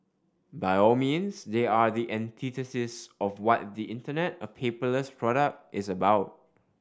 by all means they are the antithesis of what the Internet a paperless product is about